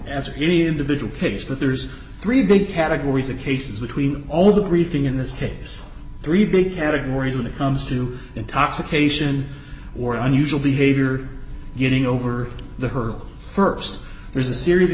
after any individual case but there's three big categories of cases between all the briefing in this case three big categories when it comes to intoxication or unusual behavior getting over the her st there's a series of